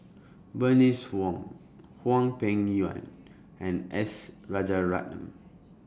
Bernice Wong Hwang Peng Yuan and S Rajaratnam